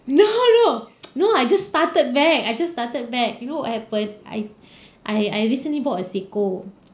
no no no I just started back I just started back you know I have a I I I recently bought a Seiko